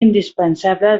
indispensable